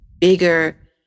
bigger